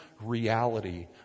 reality